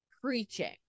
preaching